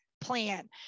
plan